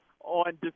On